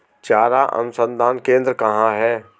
चारा अनुसंधान केंद्र कहाँ है?